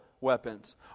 weapons